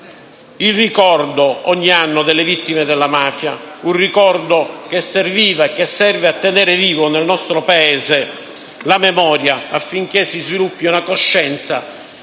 il ricordo ogni anno delle vittime della mafia, un ricordo che serve a tenere vivo nel nostro Paese la memoria, affinché si sviluppi una coscienza